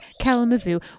Kalamazoo